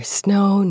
snow